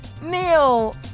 Neil